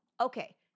Okay